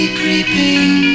creeping